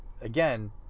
again